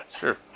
Sure